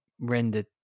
rendered